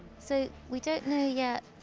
so, we don't know yet,